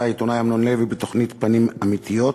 העיתונאי אמנון לוי בתוכנית "פנים אמיתיות",